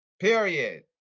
Period